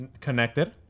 connected